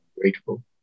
grateful